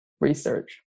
research